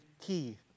key